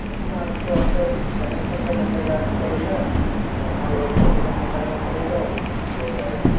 उसमें आपका कनेक्शन का नंबर डालना पड़ेगा और हमारी एजेंसी का नाम डालना पड़ेगा हो जाएगा